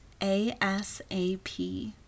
ASAP